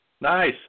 Nice